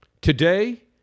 Today